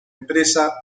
empresa